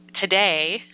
today